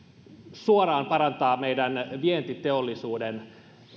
suoraan parantaa meidän vientiteollisuuden